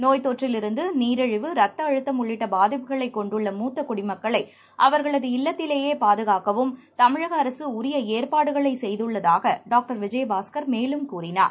நோய்த்தொற்றிலிருந்து நீரிழிவு ரத்த அழுத்தம் உள்ளிட்ட பாதிப்புகளை கொண்டுள்ள மூத்த குடிமக்களை அவர்களது இல்லத்திலேயே பாதுகாக்கவும் தமிழக அரசு உரிய ஏற்பாடுகளை செய்துள்ளதாக டாக்டர் விஜயபாஸ்கர் மேலும் கூறினார்